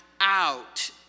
out